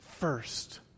first